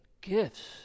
gifts